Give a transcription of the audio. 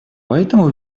поэтому